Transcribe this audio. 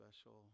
special